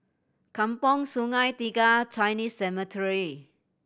Kampong Sungai Tiga Chinese Cemetery